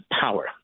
power